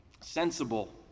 sensible